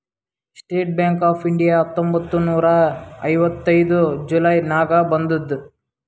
state bank of India ಹತ್ತೊಂಬತ್ತ್ ನೂರಾ ಐವತ್ತೈದು ಜುಲೈ ನಾಗ್ ಬಂದುದ್